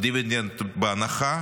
או דיבידנד בהנחה.